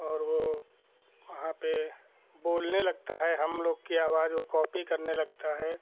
और वह वहाँ पे बोलने लगता है हमलोग की आवाज़ वह कॉपी करने लगता है